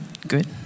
Good